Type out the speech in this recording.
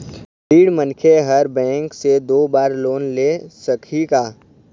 ऋणी मनखे हर बैंक से दो बार लोन ले सकही का?